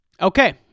Okay